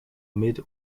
mid